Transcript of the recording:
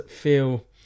feel